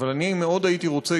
אבל מאוד הייתי רוצה,